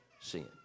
sin